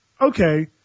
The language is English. okay